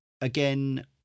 again